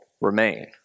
remain